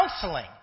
counseling